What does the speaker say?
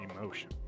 emotion